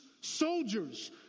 soldiers